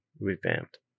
revamped